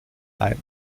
died